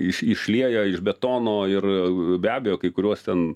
iš išlieja iš betono ir be abejo kai kuriuos ten